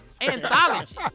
Anthology